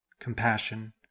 compassion